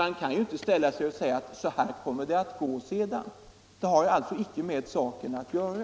Han kan ju inte motivera det med att säga: Så här blir det sedan. Detta har inte med saken att göra.